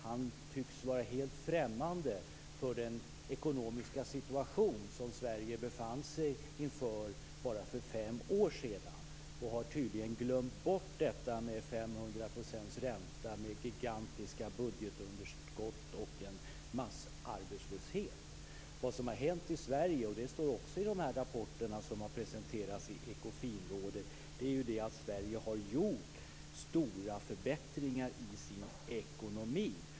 Han tycks vara helt främmande för den ekonomiska situation som Sverige befann sig i för bara fem år sedan och har tydligen glömt bort detta med 500 % ränta, med gigantiska budgetunderskott och en massarbetslöshet. Vad som har hänt, vilket också står i dessa rapporter som har presenterats i Ekofinrådet, är att Sverige har gjort stora förbättringar i sin ekonomi.